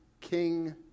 king